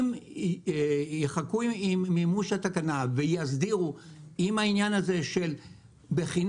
אם יחכו עם מימוש התקנה ויסדירו עם העניין הזה של בחינם